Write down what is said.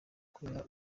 kubera